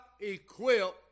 equipped